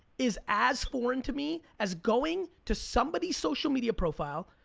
is as foreign to me as going to somebody's social media profile,